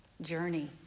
journey